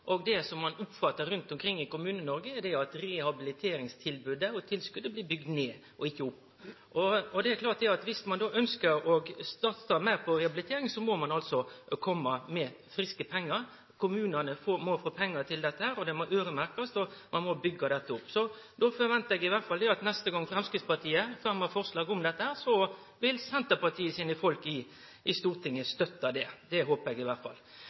Det som ein oppfattar rundt omkring i Kommune-Noreg, er at rehabiliteringstilbodet og -tilskotet blir bygde ned og ikkje opp. Det er klart at ein, dersom ein ønskjer å satse meir på rehabilitering, må komme med friske pengar. Kommunane må få pengar til dette, det må øyremerkjast, og ein må byggje dette opp. Då forventar eg at neste gong Framstegspartiet fremmar forslag om dette, vil Senterpartiet sine folk i Stortinget støtte det. Det håper eg iallfall. No er situasjonen slik at det er tal som tyder på at 3 000 eldre ventar på sjukeheimsplass. I